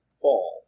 fall